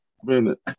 Minute